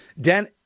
Dan